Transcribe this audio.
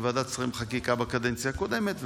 בוועדת שרים לחקיקה בקדנציה הקודמת,